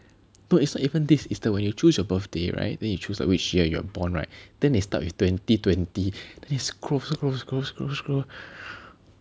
no it's like even this is the when you choose your birthday right then you choose like which year you are born right then they start with twenty twenty then you scroll scroll scroll scroll scroll